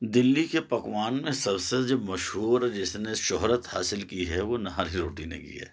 دلی کے پکوان میں سب سے جو مشہور جس نے شہرت حاصل کی ہے وہ نہاری روٹی نے کی ہے